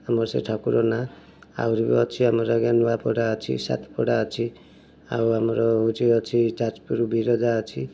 ଆମର ସେ ଠାକୁର ନାଁ ଆହୁରି ବି ଅଛି ଆଜ୍ଞା ନୂଆପଡ଼ା ଅଛି ସାତପଡ଼ା ଅଛି ଆଉ ଆମର ହେଉଛି ଅଛି ଯାଜପୁର ବିରଜା ଅଛି